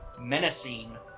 menacing